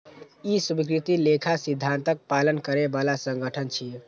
ई स्वीकृत लेखा सिद्धांतक पालन करै बला संगठन छियै